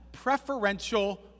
preferential